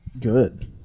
good